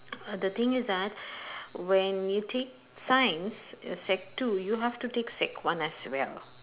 the thing is that when you take science sec two you have to take sec one as well